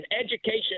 Education